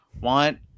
want